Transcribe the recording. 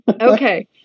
Okay